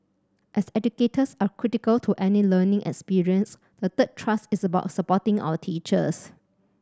as educators are critical to any learning experience the third thrust is about supporting our teachers